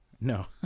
No